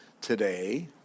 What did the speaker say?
today